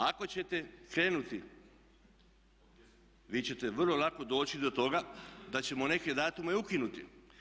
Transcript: Ako ćete krenuti, vi ćete vrlo lako doći do toga da ćemo neke datume ukinuti.